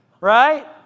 right